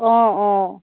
অঁ অঁ